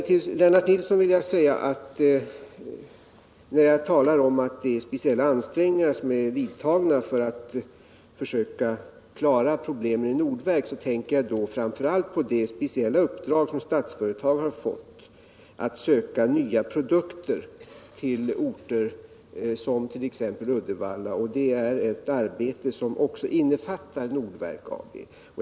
Till Lennart Nilsson vill jag säga att när jag talar om att speciella ansträngningar är vidtagna för att försöka klara problemen i Nordverk tänker jag framför allt på det speciella uppdrag som Statsföretag fått att söka nya produkter till orter som t.ex. Uddevalla. Det är ett arbete som även innefattar Nordverk AB.